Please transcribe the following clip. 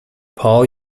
paul